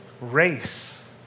race